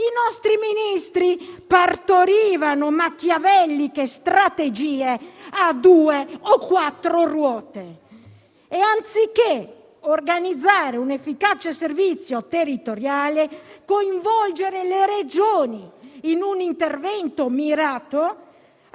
i nostri Ministri partorivano machiavelliche strategie a due o quattro ruote e, anziché organizzare un efficace servizio territoriale e coinvolgere le Regioni in un intervento mirato,